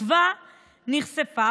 התקווה נכזבה,